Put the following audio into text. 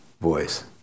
voice